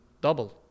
double